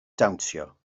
dawnsio